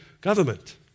government